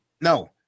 No